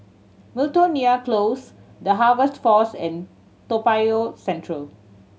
Miltonia Close The Harvest Force and Toa Payoh Central